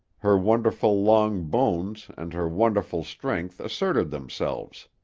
her wonderful long bones and her wonderful strength asserted themselves.